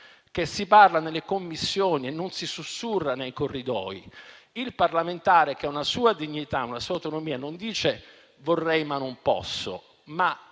e si parla nelle Commissioni e non si sussurra nei corridoi. Il parlamentare che ha una sua dignità, una sua autonomia non dice "vorrei, ma non posso", ma